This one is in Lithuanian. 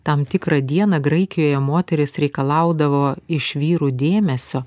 tam tikrą dieną graikijoje moterys reikalaudavo iš vyrų dėmesio